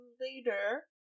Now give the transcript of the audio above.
later